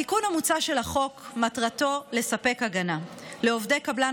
התיקון המוצע של החוק מטרתו לספק הגנה לעובדי קבלן